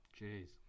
Jeez